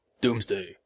Doomsday